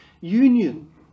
union